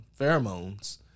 pheromones